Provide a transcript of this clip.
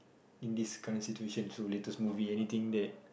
in this current situation so latest movie anything that